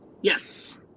Yes